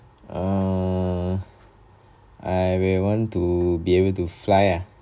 err I will want to be able to fly ah